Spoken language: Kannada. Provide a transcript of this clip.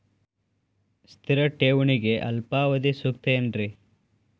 ಸ್ಥಿರ ಠೇವಣಿಗೆ ಅಲ್ಪಾವಧಿ ಸೂಕ್ತ ಏನ್ರಿ?